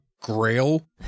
Grail